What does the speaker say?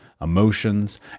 emotions